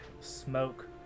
smoke